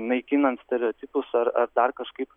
naikinant stereotipus ar ar dar kažkaip